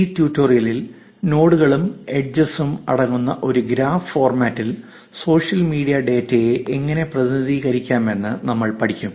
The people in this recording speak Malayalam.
ഈ ട്യൂട്ടോറിയലിൽ നോഡുകളും എഡ്ജസ് ഉം അടങ്ങുന്ന ഒരു ഗ്രാഫ് ഫോർമാറ്റിൽ സോഷ്യൽ മീഡിയ ഡാറ്റയെ എങ്ങനെ പ്രതിനിധീകരിക്കാമെന്ന് നമ്മൾ പഠിക്കും